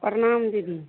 प्रणाम दीदी